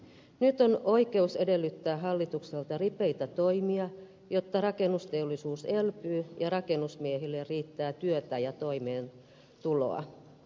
nyt on oikeus edellyttää hallitukselta ripeitä toimia jotta rakennusteollisuus elpyy ja rakennusmiehille riittää työtä ja toimeentuloa